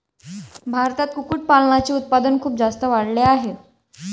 भारतात कुक्कुटपालनाचे उत्पादन खूप जास्त प्रमाणात वाढले आहे